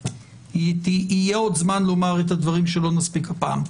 יהיה עוד זמן לומר את הדברים שלא נספיק הפעם.